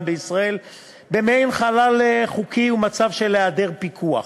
בישראל במעין חלל חוקי ובמצב של היעדר פיקוח,